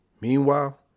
Meanwhile